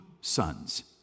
sons